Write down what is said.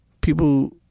People